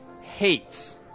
hates